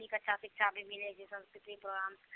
निक अच्छा शिक्षा भी मिलैत छै सांस्कृतिक प्रोग्रामसँ